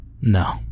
No